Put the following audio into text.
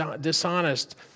dishonest